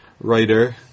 writer